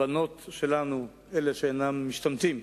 הבנות שלנו, אלה שאינן משתמטות,